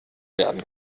werden